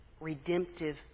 redemptive